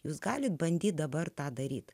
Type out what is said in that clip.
jūs galite bandyti dabar tą daryti